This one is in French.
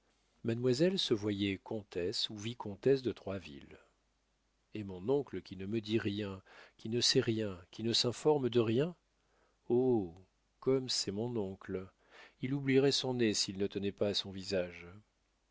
mademoiselle se voyait comtesse ou vicomtesse de troisville et mon oncle qui ne me dit rien qui ne sait rien qui ne s'informe de rien oh comme c'est mon oncle il oublierait son nez s'il ne tenait pas à son visage